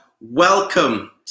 Welcome